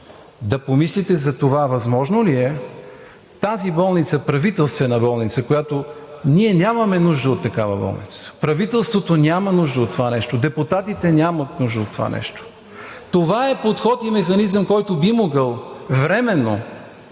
да помислите за това възможно ли е тази болница – Правителствена болница – ние нямаме нужда от такава болница, правителството няма нужда от това нещо, депутатите нямат нужда от това нещо – това е подход и механизъм, който би могъл временно,